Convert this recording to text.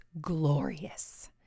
glorious